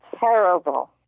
Terrible